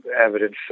evidence